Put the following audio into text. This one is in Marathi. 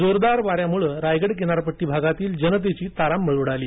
जोरदार वाऱ्यामुळे रायगड किनारपट्टी भागातील जनतेची तारांबळ उडाली